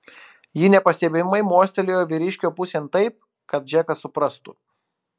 ji nepastebimai mostelėjo vyriškio pusėn taip kad džekas suprastų